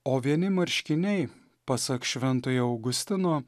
o vieni marškiniai pasak šventojo augustino